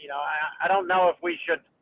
i don't know if we should,